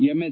MS